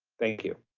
thank you.